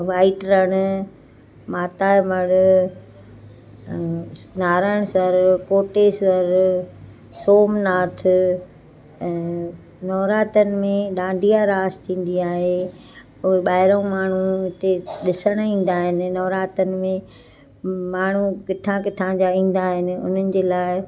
white Rann Mata यो मढ़ नाराइण सरो कोटेश्वर सोमनाथ ऐं नौरातनि में ॾाॾिया रास थींदी आहे उहे ॿाहिरियों माण्हू हिते ॾिसण ईंदा आहिनि नौरातनि में माण्हू किथां किथां जा ईंदा आहिनि उन्हनि जे लाइ